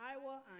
Iowa